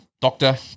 Doctor